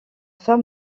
fin